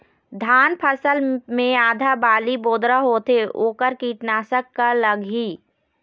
धान फसल मे आधा बाली बोदरा होथे वोकर कीटनाशक का लागिही?